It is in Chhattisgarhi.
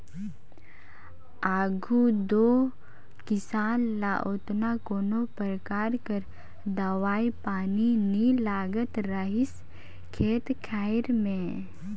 आघु दो किसान ल ओतना कोनो परकार कर दवई पानी नी लागत रहिस खेत खाएर में